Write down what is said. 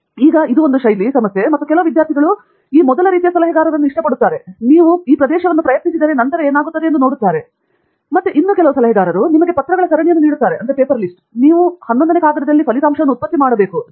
ಮತ್ತು ಈಗ ಇದು ಒಂದು ಶೈಲಿ ಸಮಸ್ಯೆ ಮತ್ತು ಕೆಲವು ವಿದ್ಯಾರ್ಥಿ ಈ ಮೊದಲ ರೀತಿಯ ಸಲಹೆಗಾರನನ್ನು ಇಷ್ಟಪಡುತ್ತದೆ ಮತ್ತು ನೀವು ಈ ಪ್ರದೇಶವನ್ನು ಪ್ರಯತ್ನಿಸಿದರೆ ನಂತರ ಏನಾಗುತ್ತದೆ ಎಂದು ನೋಡುತ್ತಾರೆ ಮತ್ತು ಇತರ ಸಲಹೆಗಾರ ನಿಮಗೆ ಪತ್ರಗಳ ಸರಣಿಯನ್ನು ನೀಡುತ್ತಾರೆ ಮತ್ತು ನೀವು 11 ನೇ ಕಾಗದದಲ್ಲಿ ಫಲಿತಾಂಶವನ್ನು ಉತ್ಪತ್ತಿ ಮಾಡುತ್ತೀರಿ